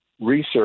research